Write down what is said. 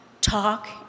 talk